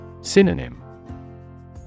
Synonym